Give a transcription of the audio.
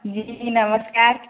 જી જી નમસ્કાર